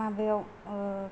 माबायाव